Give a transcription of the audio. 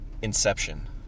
Inception